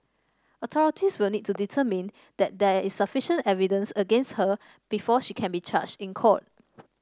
authorities will need to determine that there is sufficient evidence against her before she can be charged in court